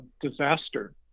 disaster